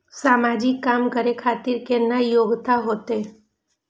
समाजिक काम करें खातिर केतना योग्यता होते?